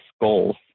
goals